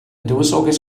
dywysoges